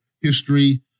history